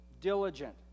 diligent